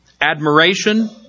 Admiration